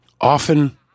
often